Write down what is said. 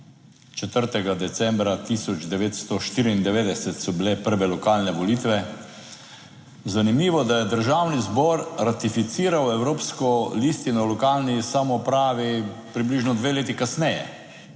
4. decembra 1994 so bile prve lokalne volitve. Zanimivo, da je Državni zbor ratificiral evropsko listino o lokalni samoupravi približno dve leti kasneje.